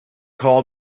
call